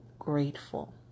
Grateful